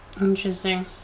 Interesting